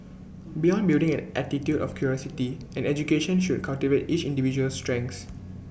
beyond building an attitude of curiosity an education should cultivate each individual's strengths